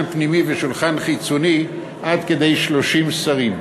פנימי ושולחן חיצוני עד כדי 30 שרים.